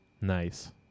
Nice